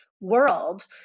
world